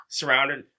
surrounded